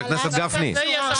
חבר הכנסת גפני,